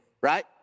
right